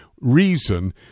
reason